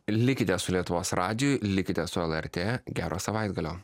likite su lietuvos radiju likite su lrt gero savaitgalio